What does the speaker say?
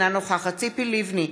אינה נוכחת ציפי לבני,